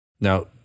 Now